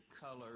color